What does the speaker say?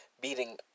beating